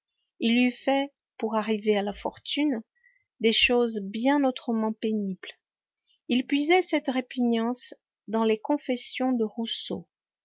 il eût fait pour arriver à là fortune des choses bien autrement pénibles il puisait cette répugnance dans les confessions de rousseau